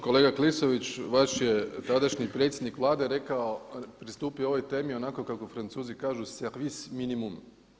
Kolega Klisović vaš je tadašnji predsjednik Vlade rekao, pristupio ovoj temi onako kako Francuzi kažu „Servis minimum“